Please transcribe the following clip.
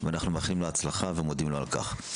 אנחנו מאחלים לו הצלחה ומודים על כך.